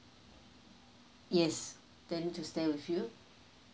yes then to stay with you